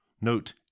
Note